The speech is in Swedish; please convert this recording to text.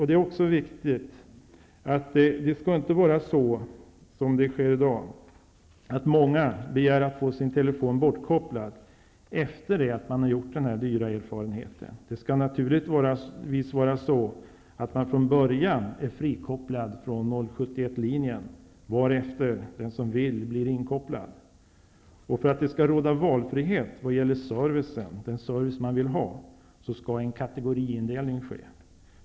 Det skall dock inte vara som det är i dag, att många begär att få sin telefon bortkopplad efter det att de har gjort den dyra erfarenheten. Det skall naturligtvis vara så att man från början är frikopplad från 071-linjen. Den som vill blir sedan inkopplad. För att det skall råda valfrihet beträffande den service man vill ha skall en kategoriindelning ske.